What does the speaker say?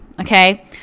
okay